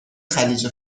خلیج